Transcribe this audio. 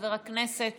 חבר הכנסת